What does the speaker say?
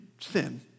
sin